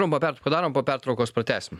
trumpą pertrauką darom po pertraukos pratęsim